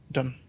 Done